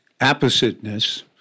appositeness